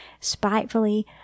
spitefully